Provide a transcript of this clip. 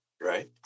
right